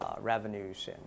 revenues